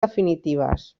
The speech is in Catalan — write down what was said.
definitives